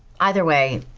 either way,